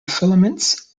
filaments